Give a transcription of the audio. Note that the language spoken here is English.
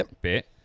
bit